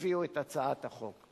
שהביאו את הצעת החוק.